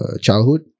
childhood